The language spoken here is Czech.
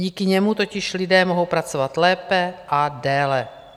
Díky němu totiž lidé mohou pracovat lépe a déle.